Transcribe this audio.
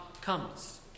comes